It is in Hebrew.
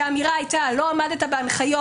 כשהאמירה הייתה: "לא עמדת בהנחיות,